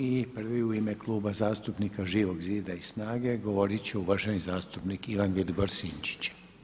I prvi u ime Kluba zastupnika Živog zida i SNAGA govorit će uvaženi zastupnik Ivan Vilibor Sinčić.